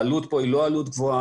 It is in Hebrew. מה גם שהעלות כאן היא שלא עלות גבוהה.